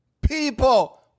people